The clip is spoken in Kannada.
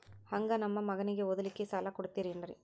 ಹಂಗ ನಮ್ಮ ಮಗನಿಗೆ ಓದಲಿಕ್ಕೆ ಸಾಲ ಕೊಡ್ತಿರೇನ್ರಿ?